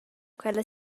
quella